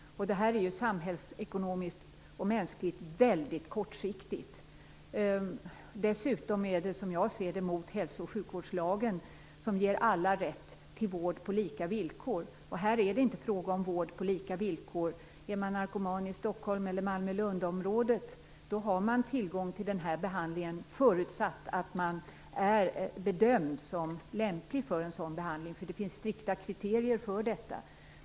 Detta är samhällsekonomiskt och mänskligt väldigt kortsiktigt. Dessutom strider det, som jag ser det, mot hälso och sjukvårdslagen som ger alla rätt till vård på lika villkor. Här är det inte fråga om vård på lika villkor. Är man narkoman i Stockholm eller Malmö Lund-området har man tillgång till behandlingen förutsatt att man bedöms lämplig för den. Det finns nämligen strikta kriterier för detta.